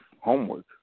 homework